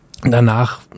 danach